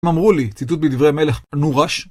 הם אמרו לי, ציטוט בדברי מלך, נורש.